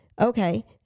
okay